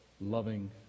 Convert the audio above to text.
loving